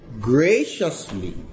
graciously